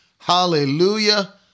hallelujah